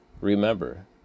Remember